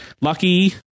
lucky